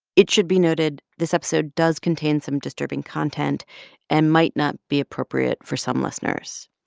it should be noted this episode does contain some disturbing content and might not be appropriate for some listeners.